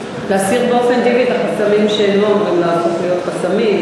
להסיר באופן טבעי את החסמים שלא יהפכו להיות חסמים,